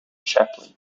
chaplain